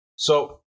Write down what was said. so,